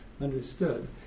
understood